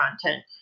content